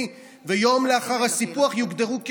ויום לאחר הסיפוח הם יוגדרו כשב"חים,